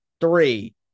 Three